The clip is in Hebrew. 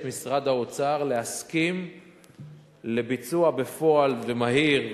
משרד האוצר להסכים לביצוע בפועל ומהיר,